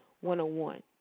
one-on-one